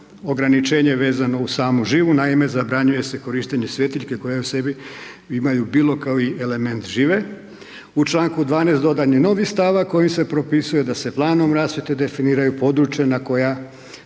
ograničenje vezano uz samu živu, naime zabranjuje se korištenje svjetiljki koje su sebi imaju bilo koji element žive. U članku 12. dodan je novi stavak kojim se propisuje da se planom rasvjete definiraju područja na koja